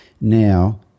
now